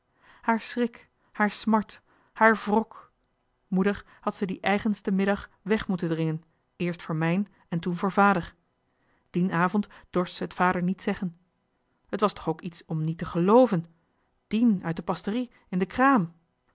haar schrik haar smart haar wrok moeder had ze dien etgensten middag weg moeten dringen eerst voor mijn en toen voor vader dien avond dorst ze het vader niet zeggen t was toch ook iets om niet te gelven dien uit de pasterie in de kraam